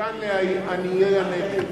ומכאן לעניי הנגב,